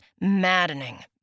maddening